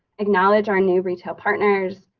acknowledge our new retail partners,